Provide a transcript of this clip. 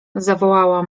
zawołała